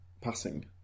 passing